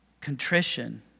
Contrition